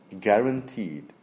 guaranteed